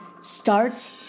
starts